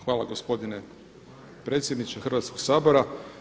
Hvala gospodine predsjedniče Hrvatskog sabora.